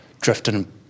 drifting